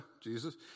Jesus